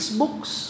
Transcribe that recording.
books